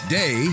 day